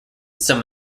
some